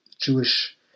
Jewish